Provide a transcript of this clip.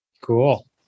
Cool